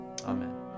Amen